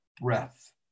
breath